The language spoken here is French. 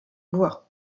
bois